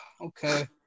Okay